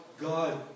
God